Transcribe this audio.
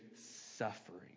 suffering